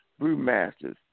brewmasters